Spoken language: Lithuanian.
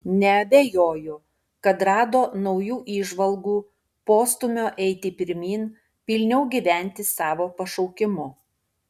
neabejoju kad rado naujų įžvalgų postūmio eiti pirmyn pilniau gyventi savo pašaukimu